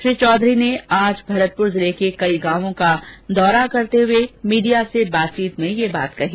श्री चौधरी ने आज भरतपुर जिले के कई गांवों का दौरा करते समय मीडिया से बातचीत में यह बात कही